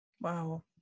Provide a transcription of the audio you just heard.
wow